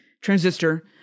Transistor